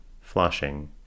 flushing